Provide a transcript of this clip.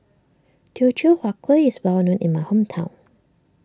Teochew Huat Kueh is well known in my hometown